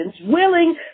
willing